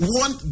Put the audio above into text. one